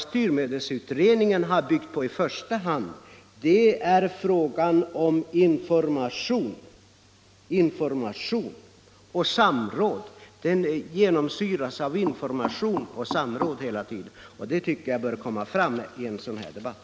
Styrmedelsutredningen har i första hand byggt på information och samråd, vilket bör komma fram i en sådan här debatt.